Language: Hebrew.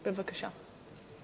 בבקשה.